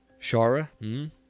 Shara